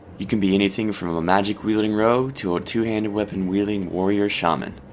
you can be anything from a magic-wielding rogue to a two-handed weapon-wielding warrior shaman.